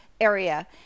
area